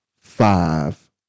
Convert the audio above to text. five